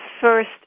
first